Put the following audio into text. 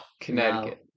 Connecticut